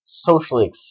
socially